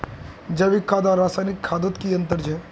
जैविक खाद आर रासायनिक खादोत की अंतर छे?